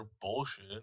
bullshit